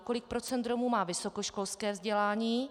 Kolik procent Romů má vysokoškolské vzdělání?